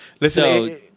Listen